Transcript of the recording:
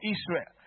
Israel